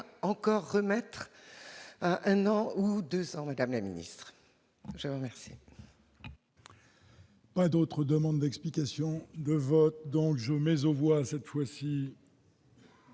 encore remettre un an ou 2 ans, Madame la Ministre je merci. Pas d'autres demandes d'explications de vote dans le jeu, mais on voit cette fois-ci.